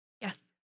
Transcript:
Yes